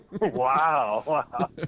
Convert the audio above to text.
wow